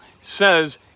says